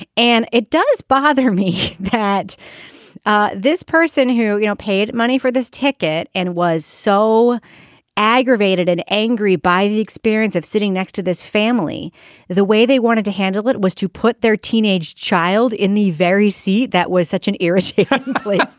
and it does bother me that ah this person who you know paid money for this ticket and was so aggravated and angry by the experience of sitting next to this family the way they wanted to handle it was to put their teenage child in the very seat that was such an irritating